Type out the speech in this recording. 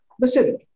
Listen